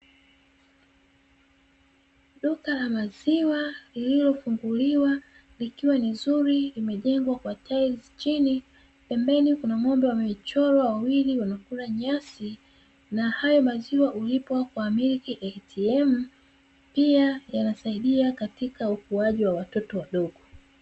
Duka la maziwa lililofunguliwa likiwa ni zuri limejengwa kwa tailizi chini pembeni kuna ng'ombe wamechorwa wawili wanakula nyasi na hayo maziwa hulipwa kwa "milki ATM" ,pia yanasaidia katika ukuaji wa watoto wadogo.